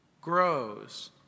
grows